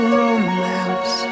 romance